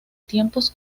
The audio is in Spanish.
tiempos